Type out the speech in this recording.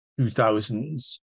2000s